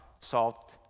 salt